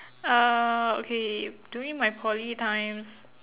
uh okay during my poly times